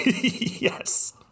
Yes